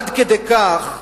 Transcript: עד כדי כך,